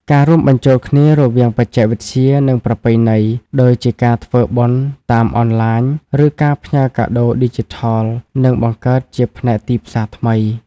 ការរួមបញ្ចូលគ្នារវាងបច្ចេកវិទ្យា និងប្រពៃណី ដូចជាការធ្វើបុណ្យតាមអនឡាញ ឬការផ្ញើកាដូឌីជីថល នឹងបង្កើតជាផ្នែកទីផ្សារថ្មី។